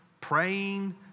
praying